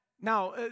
Now